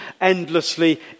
endlessly